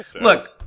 look